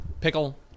Pickle